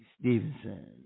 Stevenson